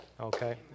Okay